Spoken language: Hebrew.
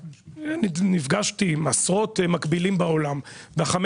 נפגשתי עם עשרות מקבילים בעולם בחמש